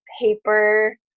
paper